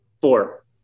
Four